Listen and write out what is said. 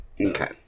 Okay